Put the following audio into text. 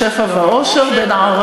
"שם ירווה לו משפע ואושר/ בן ערב,